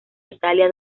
italia